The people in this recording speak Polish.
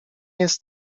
jest